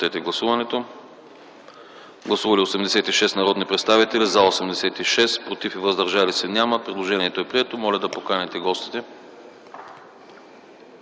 Предложението е прието. Моля да поканите госта.